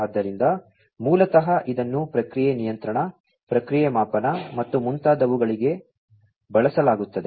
ಆದ್ದರಿಂದ ಮೂಲತಃ ಇದನ್ನು ಪ್ರಕ್ರಿಯೆ ನಿಯಂತ್ರಣ ಪ್ರಕ್ರಿಯೆ ಮಾಪನ ಮತ್ತು ಮುಂತಾದವುಗಳಿಗೆ ಬಳಸಲಾಗುತ್ತದೆ